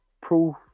proof